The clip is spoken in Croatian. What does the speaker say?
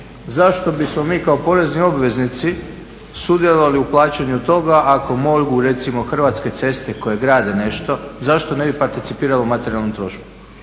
zašto bismo mi kao porezni obveznici sudjelovali u plaćanju toga ako mogu recimo Hrvatske ceste koje grade nešto zašto ne bi participiralo u materijalnom trošku.